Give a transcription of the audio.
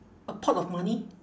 a pot of money